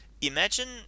imagine